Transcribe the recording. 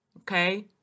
okay